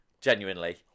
genuinely